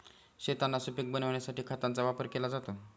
शेतांना सुपीक बनविण्यासाठी खतांचा वापर केला जातो